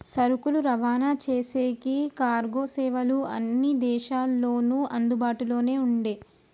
సరుకులు రవాణా చేసేకి కార్గో సేవలు అన్ని దేశాల్లోనూ అందుబాటులోనే ఉండే